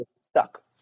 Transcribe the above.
stuck